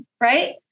Right